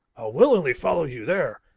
willingly follow you there.